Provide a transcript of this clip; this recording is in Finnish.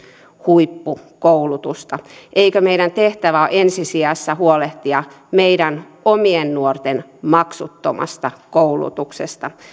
huippukoulutusta eikö meidän tehtävämme ole ensi sijassa huolehtia meidän omien nuortemme maksuttomasta koulutuksesta